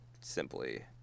simply